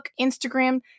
Instagram